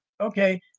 okay